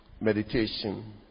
Meditation